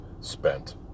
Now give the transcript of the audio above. spent